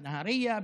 בנהריה,